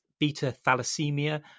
beta-thalassemia